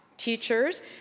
Teachers